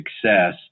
success